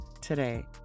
today